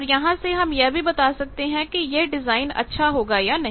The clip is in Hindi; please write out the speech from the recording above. और यहां से हम यह भी बता सकते हैं कि यह डिजाइन अच्छा होगा या नहीं